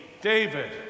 David